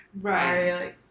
Right